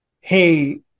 hey